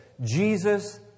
Jesus